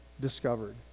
discovered